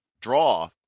draw